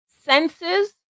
senses